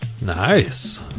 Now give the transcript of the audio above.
Nice